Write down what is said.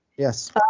Yes